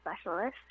specialist